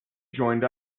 joined